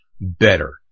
better